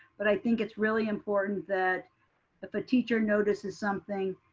but i think it's really important that if a teacher notices something,